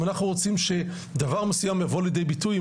אם אנחנו רוצים שדבר מסוים יבוא לידי ביטוי,